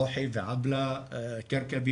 רוחי ועבלא כרכבי,